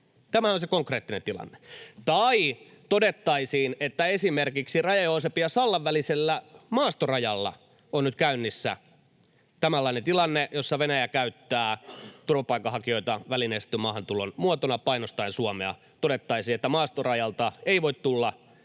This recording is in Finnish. Tämä on se konkreettinen tilanne. Tai todettaisiin, että esimerkiksi Raja-Joosepin ja Sallan välisellä maastorajalla on nyt käynnissä tämänlainen tilanne, jossa Venäjä käyttää turvapaikanhakijoita välineellistetyn maahantulon muotona painostaen Suomea, ja todettaisiin, että maastorajalta ei voi tulla,